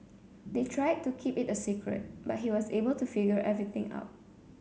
they tried to keep it a secret but he was able to figure everything out